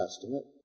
Testament